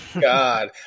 God